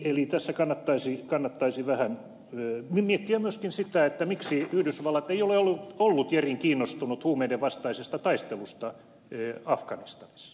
eli tässä kannattaisi vähän miettiä myöskin sitä miksi yhdysvallat ei ole ollut järin kiinnostunut huumeiden vastaisesta taistelusta afganistanissa